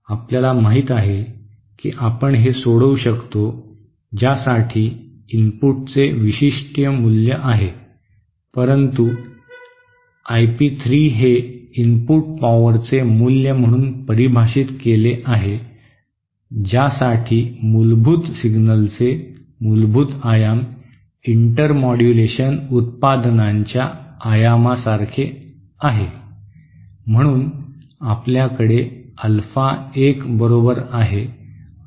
आपल्याला माहित आहे की आपण हे सोडवू शकतो ज्यासाठी इनपुटचे विशिष्ट मूल्य आहे म्हणून आय पी 3 हे इनपुट पॉवरचे मूल्य म्हणून परिभाषित केले आहे ज्यासाठी मूलभूत सिग्नलचे मूलभूत आयाम इंटरमोड्यूलेशन उत्पादनांच्या आयामासारखेच आहे म्हणून आपल्याकडे अल्फा एक बरोबर आहे